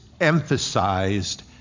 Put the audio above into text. emphasized